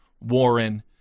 Warren